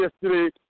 yesterday